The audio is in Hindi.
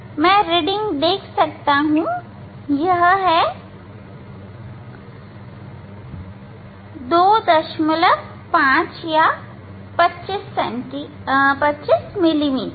मैं रीडिंग देख सकता हूं यह 25 या 25 मिली मीटर है